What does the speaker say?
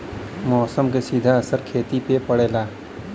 मौसम क सीधा असर खेती पे पड़ेला